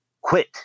quit